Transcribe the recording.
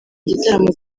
gitaramo